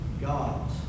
God